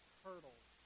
turtles